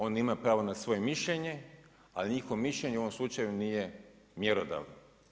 Oni imaju pravo na svoje mišljenje a njihovo mišljenje u ovom slučaju nije mjerodavno.